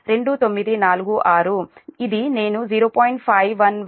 ఇది నేను 0